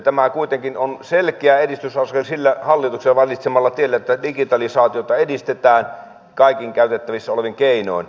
tämä kuitenkin on selkeä edistysaskel sillä hallituksen valitsemalla tiellä että digitalisaatiota edistetään kaikin käytettävissä olevin keinoin